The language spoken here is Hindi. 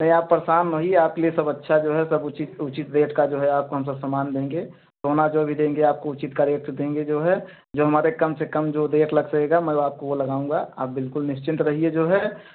अरे आप परेशान न होइए आपके लिए सब अच्छा जो है सब उचित उचित रेट का जो है आपको हम सब समान देंगे सोना जो भी देंगे आपको उचित का रेट देंगे जो है जो हमारे कम से कम जो रेट लग सकेगा मैं आपको वो लगाऊँगा आप बिलकुल निश्चिंत रहिए जो है